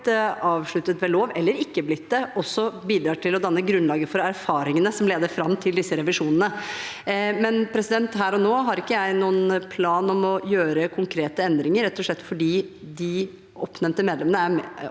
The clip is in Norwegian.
avsluttet ved lov eller ikke blitt det, også bidrar til å danne grunnlaget for erfaringene som leder fram til disse revisjonene. Her og nå har jeg ikke noen plan om å foreta konkrete endringer. Det er rett og slett fordi de oppnevnte medlemmene er